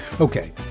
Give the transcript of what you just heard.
Okay